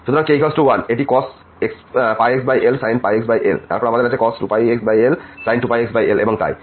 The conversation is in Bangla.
সুতরাং যখন k 1 এটি cos πxl sin πxl তারপর আমাদের আছে cos 2πxl sin 2πxl এবং তাই